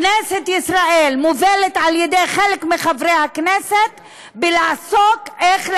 כנסת ישראל מובלת על ידי חלק מחברי הכנסת לעסוק באיך